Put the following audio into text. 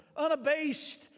unabased